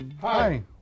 Hi